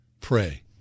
pray